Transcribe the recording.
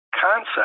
concept